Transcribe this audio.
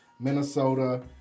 Minnesota